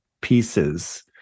pieces